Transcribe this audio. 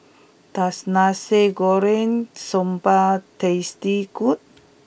does Nasi Goreng Sambal taste good